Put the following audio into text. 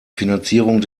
finanzierung